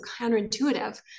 counterintuitive